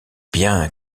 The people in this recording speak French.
bien